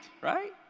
right